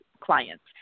clients